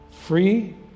free